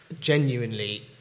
genuinely